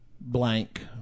blank